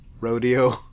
rodeo